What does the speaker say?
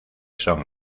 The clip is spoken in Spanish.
son